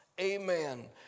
Amen